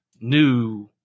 new